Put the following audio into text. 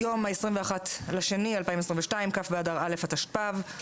היום ה-21 בפברואר 2022, כ' באדר א' התשפ"ב.